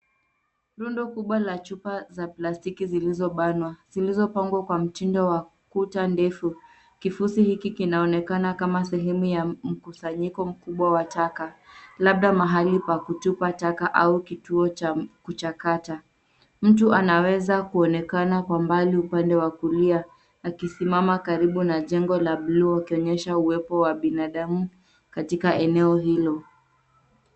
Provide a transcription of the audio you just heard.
Rundo kubwa la chupa za plastiki zilizobanwa zilizopangwa kwa mtindo wa kuta ndefu. Kifusi hiki kinaonekana kama sehemu ya mkusanyiko mkubwa wa taka, labda mahali pa kutupa taka au kituo cha kuchakata. Mtu anaweza kuonekana kwa mbali upande wa kulia akisimama karibu na jengo la buluu, akionyesha uwepo wa binadamu katika eneo hilo.